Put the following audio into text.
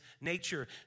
nature